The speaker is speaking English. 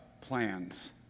plans